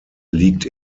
liegt